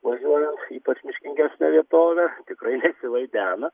važiuojant ypač miškingesne vietove tikrai nesivaidena